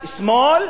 שמאל,